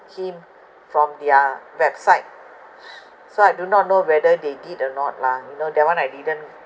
him from their website so I do not know whether they did or not lah you know that one I didn't